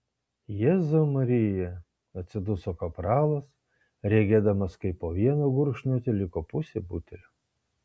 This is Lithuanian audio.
jėzau marija atsiduso kapralas regėdamas kaip po vieno gurkšnio teliko pusė butelio